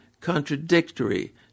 contradictory